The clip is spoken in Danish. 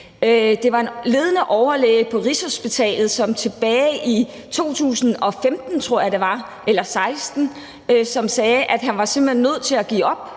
Det var en ledende overlæge på Rigshospitalet, som tilbage i 2015, tror jeg, det var, eller 2016, sagde, at han simpelt hen var nødt til at give op,